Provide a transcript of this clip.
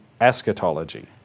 eschatology